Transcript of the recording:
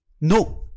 No